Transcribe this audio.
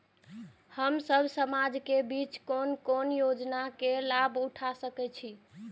हम सब समाज के बीच कोन कोन योजना के लाभ उठा सके छी?